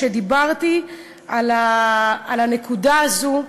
כשדיברתי על הנקודה הזו,